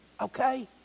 okay